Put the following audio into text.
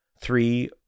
three